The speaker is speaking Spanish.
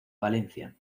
valencia